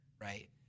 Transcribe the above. right